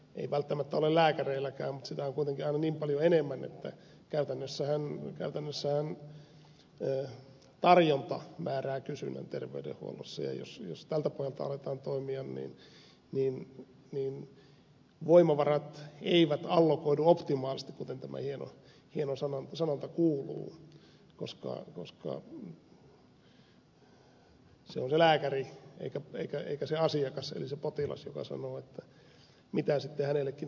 ei välttämättä ole lääkäreilläkään mutta sitä on kuitenkin aina niin paljon enemmän että käytännössähän tarjonta määrää kysynnän terveydenhuollossa ja jos tältä pohjalta aletaan toimia niin voimavarat eivät allokoidu optimaalisesti kuten tämä hieno sanonta kuuluu koska se on se lääkäri eikä se asiakas eli se potilas joka sanoo mitä sitten hänellekin tuotetaan